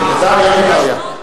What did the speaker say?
אין בעיה.